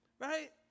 right